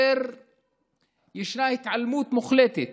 וישנה התעלמות מוחלטת